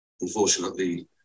unfortunately